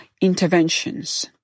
interventions